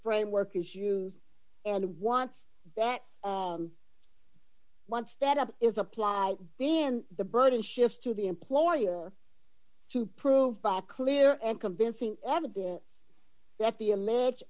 framework issues and we want that once that up is applied then the burden shifts to the employer to prove by clear and convincing evidence that the a match